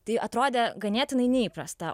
tai atrodė ganėtinai neįprasta